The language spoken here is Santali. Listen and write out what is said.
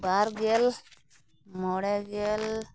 ᱵᱟᱨ ᱜᱮᱞ ᱢᱚᱬᱮ ᱜᱮᱞ